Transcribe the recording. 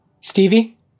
Stevie